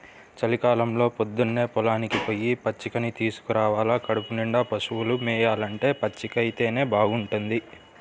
చలికాలంలో పొద్దన్నే పొలానికి పొయ్యి పచ్చికని తీసుకురావాల కడుపునిండా పశువులు మేయాలంటే పచ్చికైతేనే బాగుంటది